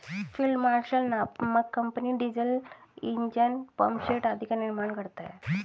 field marshal नामक company diesel engine, pumpset आदि का निर्माण करता है